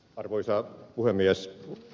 arvoisa puhemies